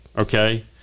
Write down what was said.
Okay